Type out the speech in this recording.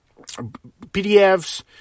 PDFs